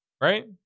right